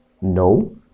no